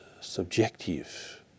subjective